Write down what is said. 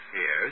Yes